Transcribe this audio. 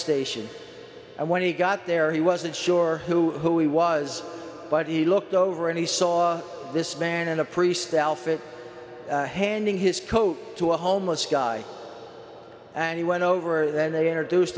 station and when he got there he wasn't sure who he was by the looked over and he saw this man and a priest outfit handing his coat to a homeless guy and he went over then they introduce